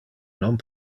non